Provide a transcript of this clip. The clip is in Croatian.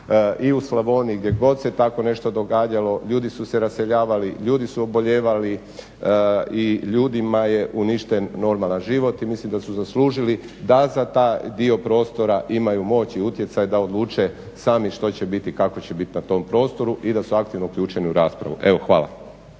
i u Slavoniji, gdje god se tako nešto događalo, ljudi se raseljavali, ljudi su obolijevali i ljudima je uništen normalan život i mislim da su zaslužili da za taj dio prostora imaju moć i utjecaj da odluče sami što će biti i kako će biti na tom prostoru i da su aktivno uključeni u raspravu. Evo hvala.